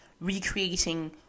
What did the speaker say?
recreating